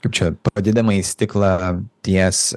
kaip čia padidinamąjį stiklą ties